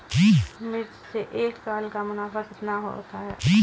मिर्च से एक साल का मुनाफा कितना होता है?